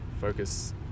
focus